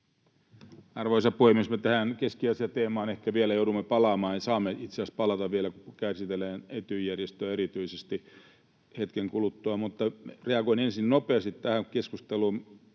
Arvoisa puhemies! Me tähän Keski-Aasia-teemaan ehkä vielä joudumme palaamaan ja saamme itse asiassa palata vielä, kun käsitellään erityisesti Etyj-järjestöä hetken kuluttua. Mutta reagoin ensin nopeasti tähän keskusteluun,